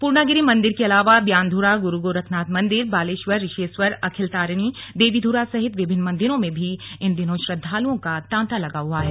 पूर्णागिरी मंदिर के अलावा व्यान्ध्रा गुरुगोरखनाथ मन्दिर बालेश्वर रिशेश्वर अखिलतारिणी देवीध्रा सहित विभिन्न मंदिरों में भी इन दिनों श्रद्धालुओं का तांता लगा हुआ है